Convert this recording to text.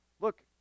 look